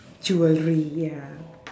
jewellery ya